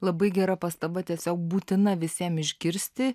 labai gera pastaba tiesiog būtina visiem išgirsti